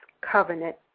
covenant